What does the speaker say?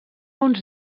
uns